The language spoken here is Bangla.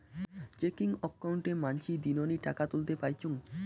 চেকিং অক্কোউন্টে মানসী দিননি টাকা তুলতে পাইচুঙ